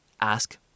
Ask